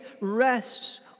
rests